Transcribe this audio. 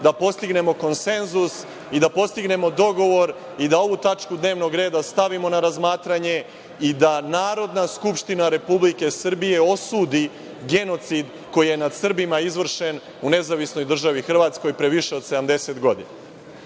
da postignemo konsenzus i da postignemo dogovor i da ovu tačku dnevnog reda stavimo na razmatranje i da Narodna skupština Republike Srbije osudi genocid koji je nad Srbima izvršen u Nezavisnoj državi Hrvatskoj pre više od 70